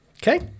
Okay